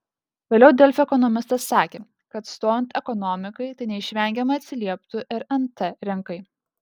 vėliau delfi ekonomistas sakė kad stojant ekonomikai tai neišvengiamai atsilieptų ir nt rinkai